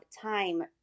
time